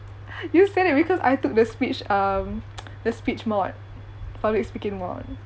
you said it because I took the speech um the speech mod public speaking mod